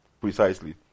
precisely